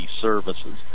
services